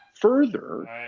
further